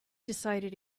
decided